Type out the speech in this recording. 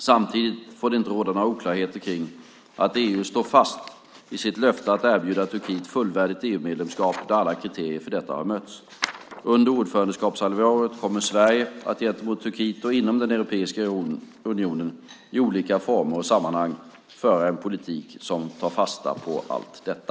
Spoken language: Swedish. Samtidigt får det inte råda några oklarheter kring att EU står fast vid sitt löfte att erbjuda Turkiet fullvärdigt EU-medlemskap när alla kriterier för detta har mötts. Under ordförandeskapshalvåret kommer Sverige att gentemot Turkiet och inom Europeiska unionen, i olika former och sammanhang, föra en politik som tar fasta på allt detta.